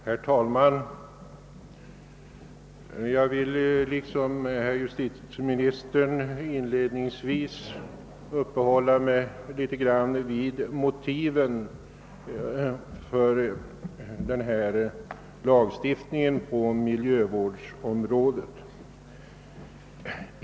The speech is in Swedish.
Herr talman! Jag vill liksom herr justitieministern inledningsvis uppehålla mig litet grand vid motiven för denna lagstiftning på miljövårdsområdet.